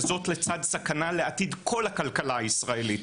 וזאת לצד סכנה לעתיד כל הכלכלה הישראלית.